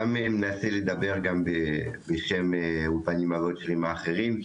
אני אנסה לדבר גם בשם אולפני הוואוצ'רים האחרים.